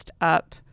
up